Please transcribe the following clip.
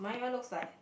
my one looks like